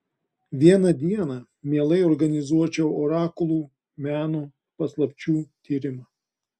vieną dieną mielai organizuočiau orakulų meno paslapčių tyrimą